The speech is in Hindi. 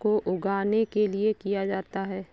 को उगाने के लिए किया जाता है